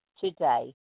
today